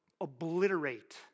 obliterate